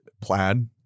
plaid